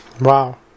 Wow